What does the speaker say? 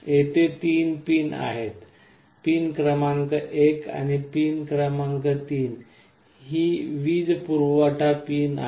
येथे 3 पिन आहेत पिन क्रमांक 1 आणि पिन क्रमांक 3 ही वीजपुरवठा पिन आहेत